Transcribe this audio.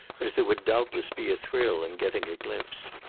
as there would doubtless be a thrill in getting a glimpse.